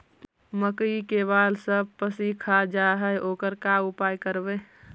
मकइ के बाल सब पशी खा जा है ओकर का उपाय करबै?